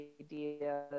idea